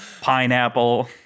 Pineapple